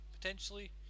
potentially